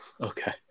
Okay